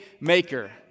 maker